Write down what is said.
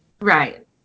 Right